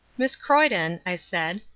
miss croydon, i said,